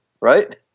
right